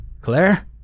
Claire